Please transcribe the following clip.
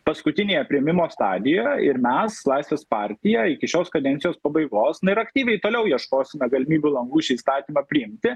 paskutinėje priėmimo stadijoj ir mes laisvės partija iki šios kadencijos pabaigos na ir aktyviai toliau ieškosime galimybių langų šį įstatymą priimti